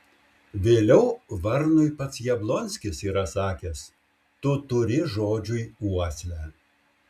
vėliau varnui pats jablonskis yra sakęs tu turi žodžiui uoslę